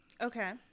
Okay